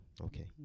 Okay